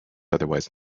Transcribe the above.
otherwise